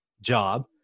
job